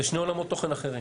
אלה שני עולמות תוכן אחרים.